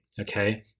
Okay